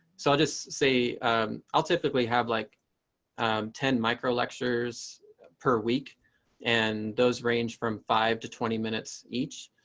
so i'll just say i'll typically have like ten micro lectures per week and those range from five to twenty minutes each.